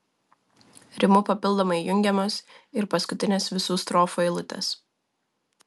rimu papildomai jungiamos ir paskutinės visų strofų eilutės